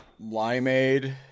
limeade